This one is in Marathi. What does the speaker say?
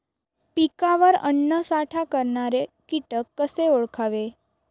पिकावर अन्नसाठा करणारे किटक कसे ओळखावे?